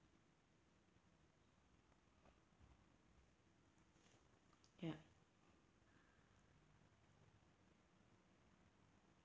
ya